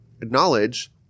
acknowledge